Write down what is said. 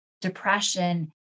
depression